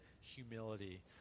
humility